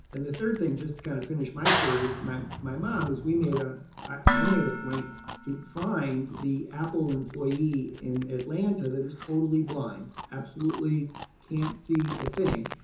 and the third thing, just to kind of finish my story with my my mom, is we made a, i made a point to find the apple employee in atlanta that is totally blind. absolutely can't see a thing.